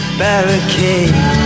barricade